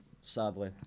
Sadly